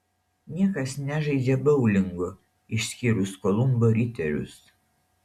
niekas nežaidžia boulingo išskyrus kolumbo riterius